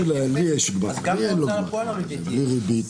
אז גם בהוצאה לפועל הריבית